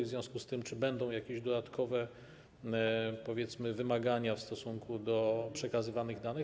W związku z tym czy będą jakieś dodatkowe, powiedzmy, wymagania w stosunku do przekazywanych danych?